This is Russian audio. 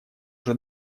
уже